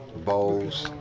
bowls,